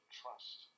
trust